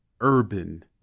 Urban